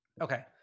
Okay